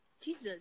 Jesus